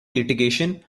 litigation